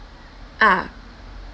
ah